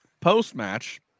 post-match